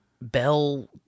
Bell